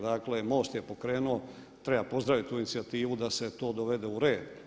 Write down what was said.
Dakle, MOST je pokrenuo, treba pozdraviti tu inicijativu da se to dovede u red.